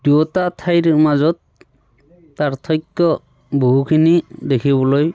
দুয়োটা ঠাইৰ মাজত পাৰ্থক্য বহুখিনি দেখিবলৈ